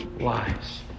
lives